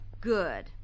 Good